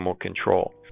control